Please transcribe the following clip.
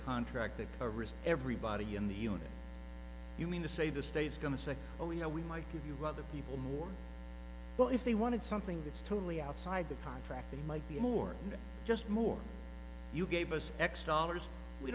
risk everybody in the unit you mean to say the state's going to say oh you know we might give you other people more well if they wanted something that's totally outside the contract that might be more than just more you gave us x dollars we